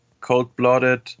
cold-blooded